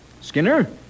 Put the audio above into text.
Skinner